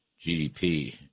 GDP